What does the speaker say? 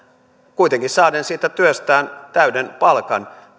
kuitenkin saaden siitä työstään täyden palkan